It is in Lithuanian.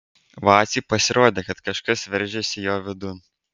vacei pasirodė kad kažkas veržiasi jo vidun